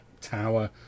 Tower